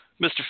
Mr